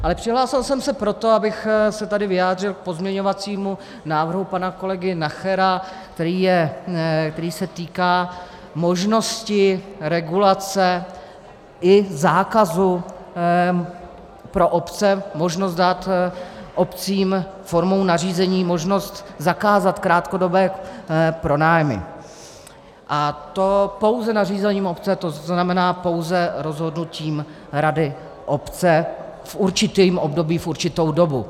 Ale přihlásil jsem se proto, abych se tady vyjádřil k pozměňovacímu návrhu pana kolegy Nachera, který se týká možnosti regulace i zákazu pro obce, možnosti dát obcím formou nařízení možnost zakázat krátkodobé pronájmy, a to pouze nařízením obce, to znamená, pouze rozhodnutím rady obce v určitém období, v určitou dobu.